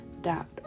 dot